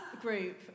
group